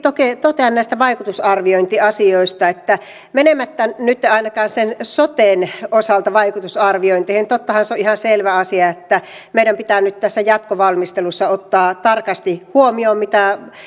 totean näistä vaikutusarviointiasioista menemättä nyt ainakaan sen soten osalta vaikutusarviointeihin että tottahan se on ihan selvä asia että meidän pitää nyt tässä jatkovalmistelussa ottaa tarkasti huomioon mitä